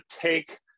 take